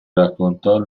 raccontò